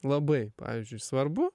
labai pavyzdžiui svarbu